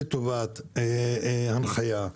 לטובת הנחיה,